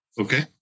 Okay